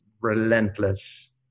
relentless